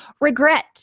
Regret